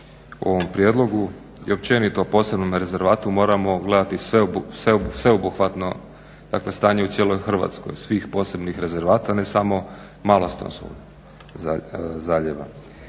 ovom prijedlogu i općenito o posebnom rezervatu moramo gledati sveobuhvatno stanje u cijeloj Hrvatskoj svih posebnih rezervata ne samo Malostonskog zaljeva.